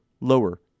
lower